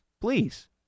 Please